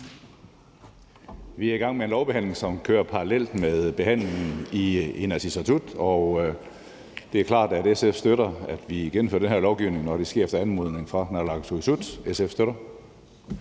Vi er i gang med en lovbehandling, som kører parallelt med behandlingen i Inatsisartut, og det er klart, at SF støtter, at vi gennemfører den her lovgivning, når det sker efter anmodning fra naaalakkersuisut. SF støtter